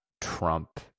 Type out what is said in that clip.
Trump